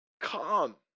come